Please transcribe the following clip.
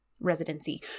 residency